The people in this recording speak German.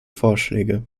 vorschläge